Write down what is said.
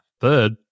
Third